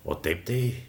o taip tai